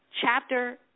chapter